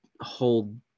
hold